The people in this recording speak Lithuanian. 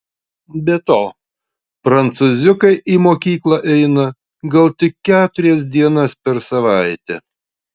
be to prancūziukai į mokyklą eina gal tik keturias dienas per savaitę